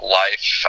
life